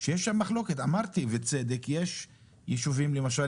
שיש שם מחלוקת אמרתי בצדק שיש יישובים למשל